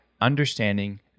understanding